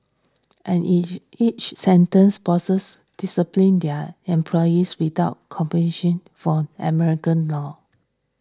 and each each sentence bosses disciplined their employees without compulsion from American law